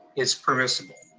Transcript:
it's permissible.